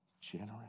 generous